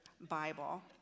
Bible